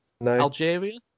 Algeria